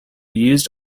used